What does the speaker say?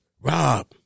Rob